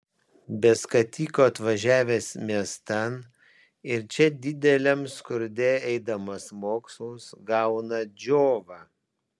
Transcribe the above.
be skatiko atvažiavęs miestan ir čia dideliam skurde eidamas mokslus gauna džiovą